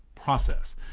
Process